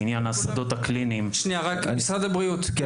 משרד הבריאות, בבקשה.